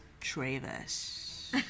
Travis